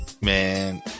Man